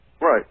Right